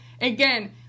again